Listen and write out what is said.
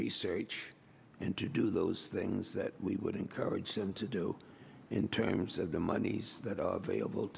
research and to do those things that we would encourage them to do in terms of the monies that are available